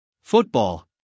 Football